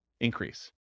increase